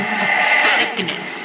patheticness